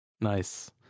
nice